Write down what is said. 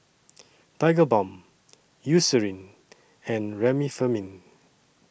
Tigerbalm Eucerin and Remifemin